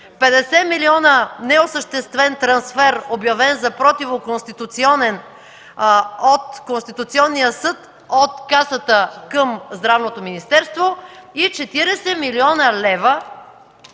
50 милиона неосъществен трансфер, обявен за противоконституционен от Конституционния съд, от Касата към Здравното министерство, и 40 млн. лв.